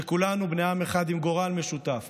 כולנו בני עם אחד עם גורל משותף.